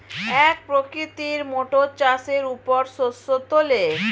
এক প্রকৃতির মোটর চাষের পর শস্য তোলে